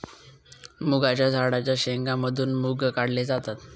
मुगाच्या झाडाच्या शेंगा मधून मुग काढले जातात